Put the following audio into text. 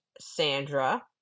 Sandra